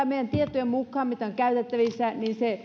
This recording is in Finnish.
meidän tietojemme mukaan mitä on tällä hetkellä käytettävissä